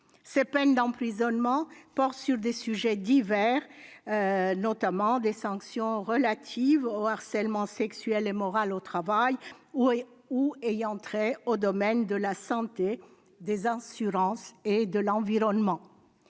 Ces peines d'emprisonnement portent sur des sujets divers : il s'agit de sanctions relatives au harcèlement sexuel et moral au travail ou ayant trait aux domaines de la santé, des assurances et de l'environnement.